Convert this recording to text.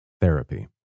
Therapy